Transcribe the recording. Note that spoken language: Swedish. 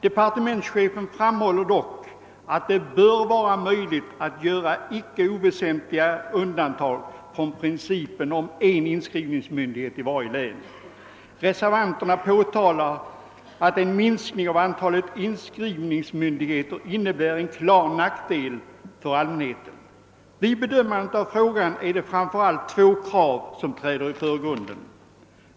Departementschefen framhåller dock att det bör vara möjligt att göra icke oväsentliga undantag från principen om en inskrivningsmyndighet i varje län. Reservanterna påtalar att en minskning av antalet inskrivningsmyndigheter innebär en klar nackdel för allmänheten. Vid bedömandet av frågan är det framför allt två krav som träder i förgrunden.